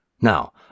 Now